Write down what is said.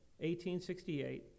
1868